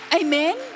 Amen